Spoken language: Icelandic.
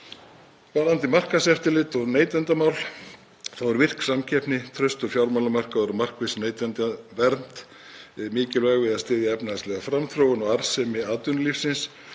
Varðandi markaðseftirlit og neytendamál er virk samkeppni, traustur fjármálamarkaður og markviss neytendavernd mikilvæg við að styðja efnahagslega framþróun og arðsemi atvinnulífsins.